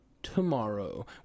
Tomorrow